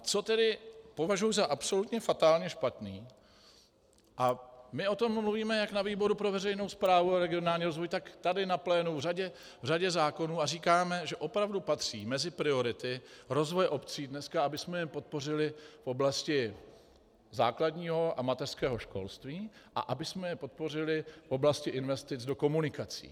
Co tedy považuji za absolutně fatálně špatně, a my o tom mluvíme jak na výboru pro veřejnou správu a regionální rozvoj, tak tady na plénu v řadě zákonů a říkáme, že opravdu patří mezi priority rozvoje obcí dneska, abychom je podpořili v oblasti základního a mateřského školství a abychom je podpořili v oblasti investic do komunikací.